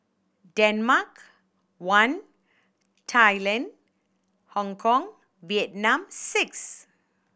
Denmark one Thailand Hongkong Vietnam six